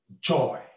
joy